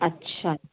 अच्छा